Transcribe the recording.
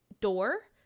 door